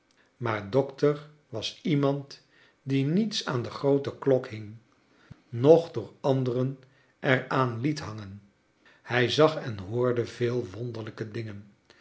maar dokter was iemand die niets aan de groote klok hing noch door anderen er aan liet hangen hij zag en hoorde veel wonder lijke dingen